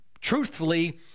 truthfully